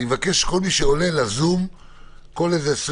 אני מבקש שכל מי שעולה לזום יעשה כל איזה 20